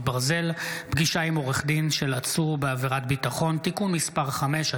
ברזל) (פגישה עם עורך דין של עצור בעבירות ביטחון) (תיקון מס' 5),